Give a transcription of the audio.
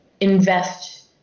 invest